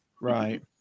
Right